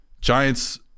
Giants